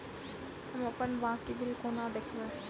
हम अप्पन बाकी बिल कोना देखबै?